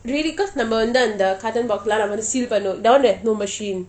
really cause நம்ம வந்து அந்த:namma vanthu antha carton box லாம்:laam seal பன்னுவோம்:pannuvom that [one] have no machine